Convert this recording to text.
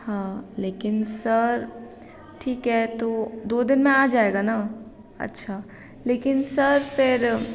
हाँ लेकिन सर ठीक है तो दो दिन में आ जाएगा ना अच्छा लेकिन सर फ़िर